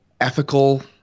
ethical